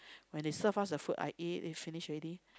when they served us the food I ate then they finished already